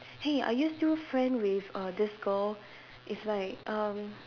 hey are you still friend with err this girl is like erm